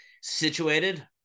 situated